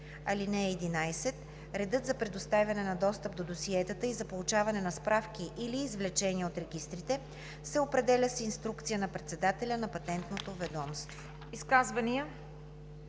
(11) Редът за предоставяне на достъп до досиетата и за получаване на справки или извлечения от регистрите се определя с инструкция на председателя на Патентното ведомство.“